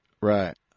Right